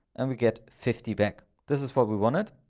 and we get fifty back, this is what we wanted.